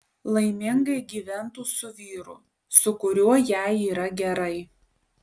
laimingai gyventų su vyru su kuriuo jai yra gerai